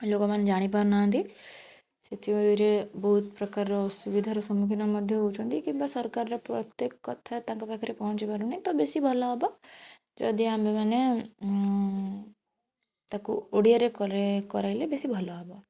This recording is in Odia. ଲୋକମାନେ ଜାଣି ପାରୁନାହାଁନ୍ତି ସେଥିରେ ବହୁତ ପ୍ରକାର ଅସୁବିଧାର ସମ୍ମୁଖୀନ ମଧ୍ୟ ହଉଛନ୍ତି କିମ୍ବା ସରକାରର ପ୍ରତ୍ୟେକ କଥା ତାଙ୍କ ପାଖରେ ପହଞ୍ଚି ପାରୁନି ତ ବେଶୀ ଭଲ ହବ ଯଦି ଆମେମାନେ ତାକୁ ଓଡ଼ିଆରେ କରାଇ କରାଇଲେ ବେଶୀ ଭଲ ହବ